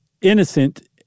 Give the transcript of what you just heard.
innocent